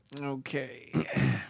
Okay